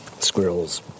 Squirrels